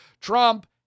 Trump